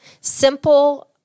simple